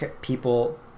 people